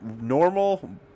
Normal